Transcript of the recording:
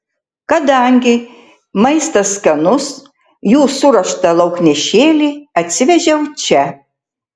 kadangi maistas skanus jų suruoštą lauknešėlį atsivežiau čia